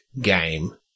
game